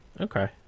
okay